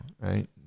right